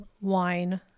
wine